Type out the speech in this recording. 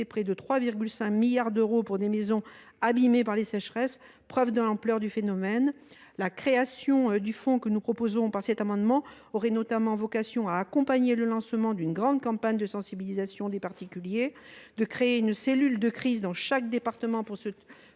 près de 3,5 milliards d’euros pour des maisons abîmées par les sécheresses, preuve de l’ampleur du phénomène. La création de ce fonds aurait notamment vocation à accompagner le lancement d’une grande campagne de sensibilisation des particuliers, à créer une cellule de crise dans chaque département pour soutenir